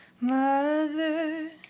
Mother